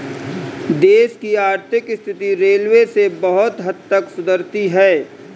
देश की आर्थिक स्थिति रेलवे से बहुत हद तक सुधरती है